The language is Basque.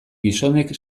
gizonek